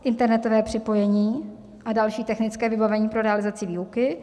Internetové připojení a další technické vybavení pro realizaci výuky.